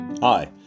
Hi